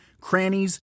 crannies